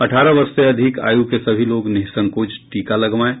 अठारह वर्ष से अधिक आयु के सभी लोग निःसंकोच टीका लगवाएं